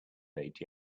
date